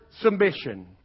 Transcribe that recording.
submission